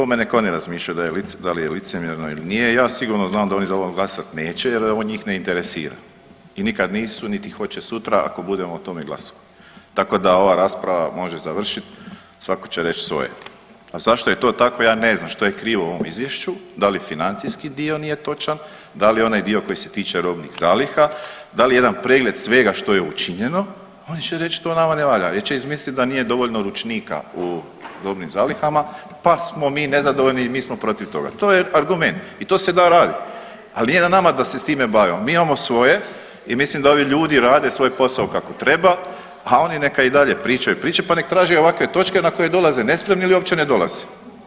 O tome nek oni razmišljaju da li je licemjerno ili nije, ja sigurno znam da oni za ovo glasat neće jer ovo njih ne interesira i nikad nisu niti hoće sutra ako budemo o tome glasovali, tako da ova rasprava može završit, svako će reć svoje, a zašto je to tako ja ne znam, što je krivo u ovom izvješću, da li financijski dio nije točan, da li onaj dio koji se tiče robnih zaliha, da li jedan pregled svega što je učinjeno, oni će reć to nama ne valja il će izmislit da nije dovoljno ručnika u robnim zalihama, pa smo mi nezadovoljni i mi smo protiv toga, to je argument i to se da radi, ali nije na nama da se s time bavimo, mi imamo svoje i mislim da ovi ljudi rade svoj posao kako treba, a oni neka i dalje pričaju priče, pa nek traže ovakve točke na koje dolaze nespremni ili uopće ne dolaze.